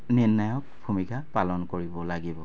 নিৰ্ণায়ক ভূমিকা পালন কৰিব লাগিব